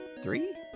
Three